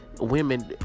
Women